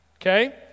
Okay